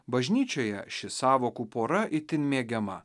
bažnyčioje ši sąvokų pora itin mėgiama